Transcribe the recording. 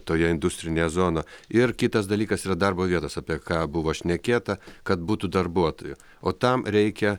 toje industrinėje zona ir kitas dalykas yra darbo vietos apie ką buvo šnekėta kad būtų darbuotojų o tam reikia